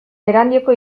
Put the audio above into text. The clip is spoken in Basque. erandioko